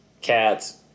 cats